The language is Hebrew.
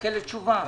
מחכה לתשובה.